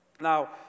Now